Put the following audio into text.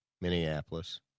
Minneapolis